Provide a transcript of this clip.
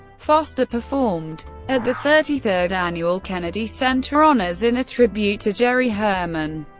foster performed at the thirty third annual kennedy center honors in a tribute to jerry herman,